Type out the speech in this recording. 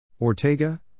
Ortega